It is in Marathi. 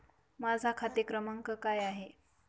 माझा खाते क्रमांक काय आहे?